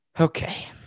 Okay